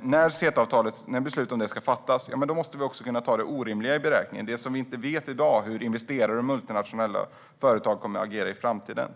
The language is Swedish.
När beslut om CETA-avtalet ska fattas måste vi också kunna ta det orimliga i beräkning. Vi vet inte i dag hur investerare och multinationella företag kommer att agera i framtiden.